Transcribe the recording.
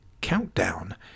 Countdown